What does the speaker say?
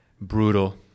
brutal